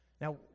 Now